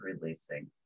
releasing